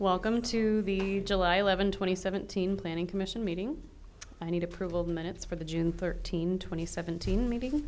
welcome to the july eleventh twenty seventeen planning commission meeting i need approval minutes for the june thirteenth twenty seventeen m